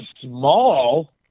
small